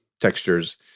textures